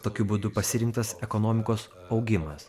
tokiu būdu pasirinktas ekonomikos augimas